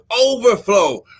overflow